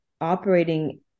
operating